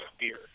beer